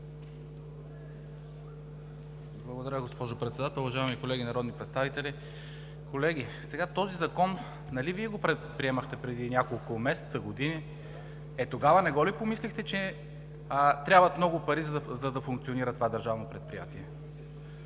Благодаря, госпожо Председател. Уважаеми колеги народни представители! Колеги, нали този закон го приемахте преди няколко месеца, години? Е, тогава не помислихте ли, че трябват много пари, за да функционира това държавно предприятие?